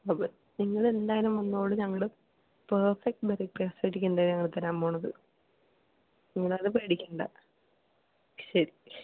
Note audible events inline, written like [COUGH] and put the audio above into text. അപ്പോൾ നിങ്ങൾ എന്തായാലും വന്നോളൂ ഞങ്ങൾ പെർഫക്റ്റ് [UNINTELLIGIBLE] ഞങ്ങൾ തരാൻ പോവുന്നത് നിങ്ങൾ അത് പേടിക്കേണ്ട ശരി